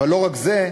אבל לא רק זה.